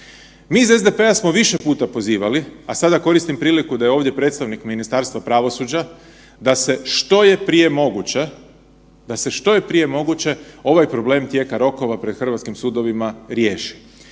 Mi iz SDP-a smo više puta pozivali, a sada koristim priliku da je ovdje predstavnik Ministarstva pravosuđa da se što je prije moguće, ovaj problem tijeka rokova pred hrvatskim sudovima riješe.